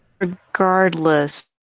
Regardless